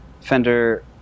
Fender